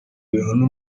rihana